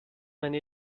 meine